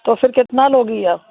तो फिर कितना लोगी आप